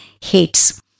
hates